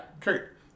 Kurt